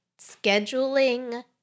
scheduling